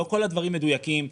לא כל הדברים מדויקים,